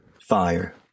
Fire